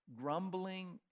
grumbling